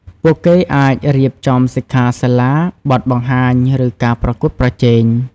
ពួកគេអាចរៀបចំសិក្ខាសាលា បទបង្ហាញ ឬការប្រកួតប្រជែង។